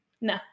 no